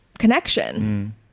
connection